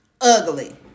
ugly